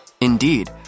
Indeed